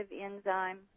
enzyme